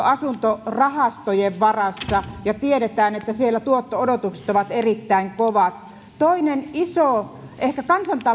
asuntorahastojen varassa ja tiedetään että siellä tuotto odotukset ovat erittäin kovat toinen iso ehkä kansantaloudellekin